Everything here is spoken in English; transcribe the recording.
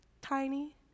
tiny